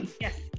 Yes